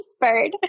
bird